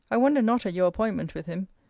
i wonder not at your appointment with him.